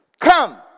come